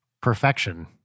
perfection